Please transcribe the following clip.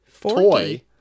toy